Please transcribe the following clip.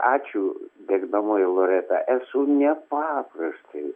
ačiū gerbiamoji loreta esu nepaprastai